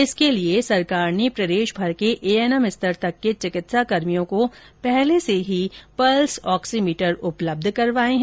इसके लिए राज्य सरकार ने प्रदेशभर के एएनएम स्तर तक के चिकित्साकर्मियों को पहले से ही पल्स ऑक्सीमीटर उपलब्ध करवाए हैं